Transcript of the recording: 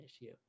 issue